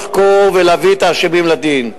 לחקור ולהביא את האשמים לדין.